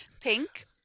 Pink